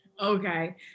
okay